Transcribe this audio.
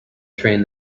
train